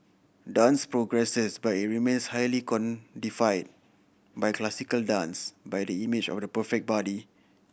dance progresses but it remains highly codified by classical dance by the image of the perfect body